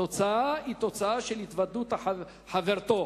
התוצאה היא תוצאה של התוודות חברתו.